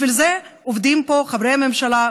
בשביל זה עובדים פה חברי הממשלה,